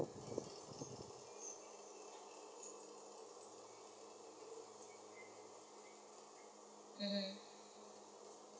mmhmm